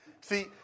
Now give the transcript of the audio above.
See